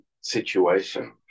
situation